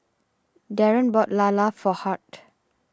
Daren bought lala for Hart